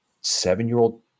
seven-year-old